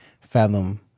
fathom